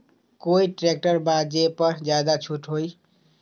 कोइ ट्रैक्टर बा जे पर ज्यादा छूट हो?